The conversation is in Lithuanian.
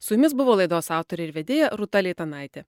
su jumis buvo laidos autorė ir vedėja rūta leitanaitė